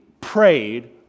prayed